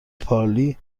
پارلی